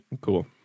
Cool